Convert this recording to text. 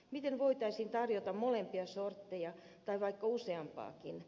miten voitaisiin tarjota molempia sortteja tai vaikka useampaakin